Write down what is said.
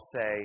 say